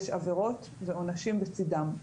יש עבירות ועונשים בצדם.